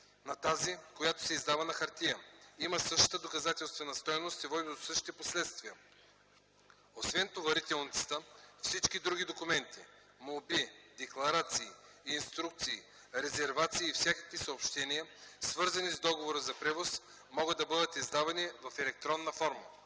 на тази, която се издава на хартия, има същата доказателствена стойност и води до същите последствия. Освен товарителницата, всички други документи (молби, декларации, инструкции, резервации и всякакви съобщения), свързани с договора за превоз, могат да бъдат издавани в електронна форма.